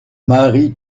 mari